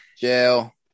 Jail